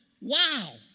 wow